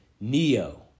Neo